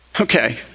Okay